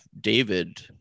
David